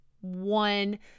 one